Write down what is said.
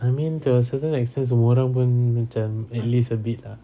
I mean to a certain extent semua orang pun macam at least a bit ah